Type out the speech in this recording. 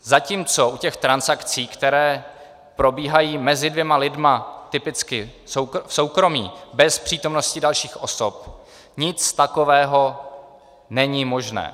Zatímco u těch transakcí, které probíhají mezi dvěma lidmi typicky v soukromí bez přítomnosti dalších osob, nic takového není možné.